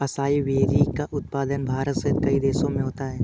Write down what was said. acai berry का उत्पादन भारत सहित कई देशों में होता है